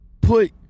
put